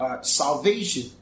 Salvation